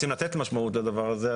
אם רוצים לתת משמעות לדבר הזה,